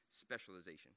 specialization